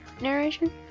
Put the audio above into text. narration